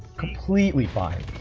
completely fine.